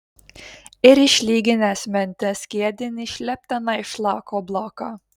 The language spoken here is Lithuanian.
ir išlyginęs mente skiedinį šlept tenai šlako bloką